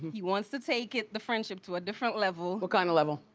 he wants to take it, the friendship to a different level. what kind of level?